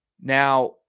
Now